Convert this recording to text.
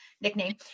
nickname